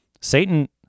Satan